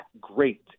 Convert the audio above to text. great